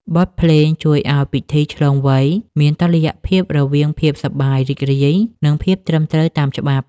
បទភ្លេងជួយឱ្យពិធីឆ្លងវ័យមានតុល្យភាពរវាងភាពសប្បាយរីករាយ និងភាពត្រឹមត្រូវតាមច្បាប់។